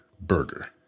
burger